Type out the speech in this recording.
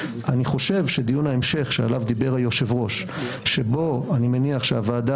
אני חושב שדיון ההמשך שעליו דיבר היושב-ראש שבו אני מניח שהוועדה